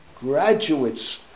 graduates